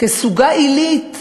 כסוגה עילית,